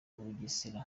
bugesera